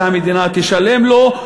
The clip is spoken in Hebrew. ושהמדינה תשלם לו.